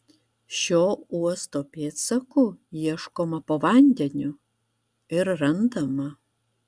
šio uosto pėdsakų ieškoma po vandeniu ir randama